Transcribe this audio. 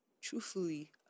truthfully